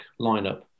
lineup